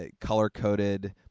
color-coded